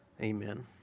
Amen